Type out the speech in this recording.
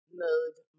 mode